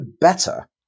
better